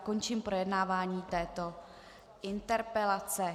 Končím projednávání této interpelace.